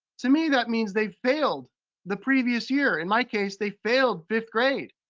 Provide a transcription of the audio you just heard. to me, that means they failed the previous year. in my case, they failed fifth grade.